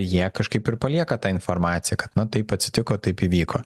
jie kažkaip ir palieka tą informaciją kad na taip atsitiko taip įvyko